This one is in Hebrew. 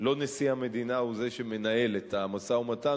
לא נשיא המדינה הוא שמנהל את המשא-ומתן,